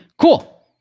cool